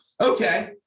Okay